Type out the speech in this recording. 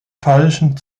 falschen